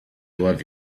love